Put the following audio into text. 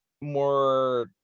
more